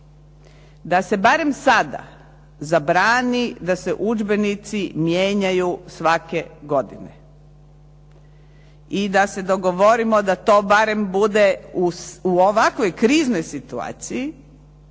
da se barem sada zabrani da se udžbenici mijenjaju svake godine. I da se dogovorimo da to barem bude u ovakvoj kriznoj situaciji,